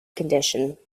condition